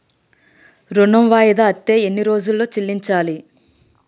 ఋణం వాయిదా అత్తే ఎన్ని రోజుల్లో చెల్లించాలి?